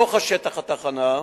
בתוך שטח התחנה,